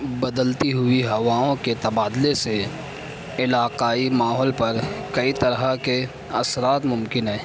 بدلتی ہوئی ہواؤں کے تبادلے سے علاقائی ماحول پر کئی طرح کے اثرات ممکن ہیں